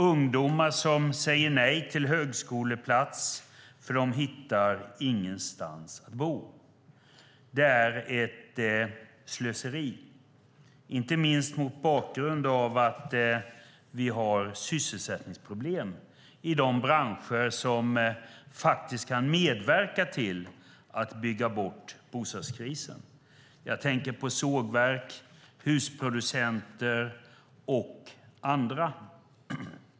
Ungdomar säger nej till högskoleplats för att de inte hittar någonstans att bo. Det är ett slöseri, inte minst mot bakgrund av att vi har sysselsättningsproblem i de branscher som kan medverka till att bygga bort bostadskrisen. Jag tänker på sågverk, husproducenter och andra.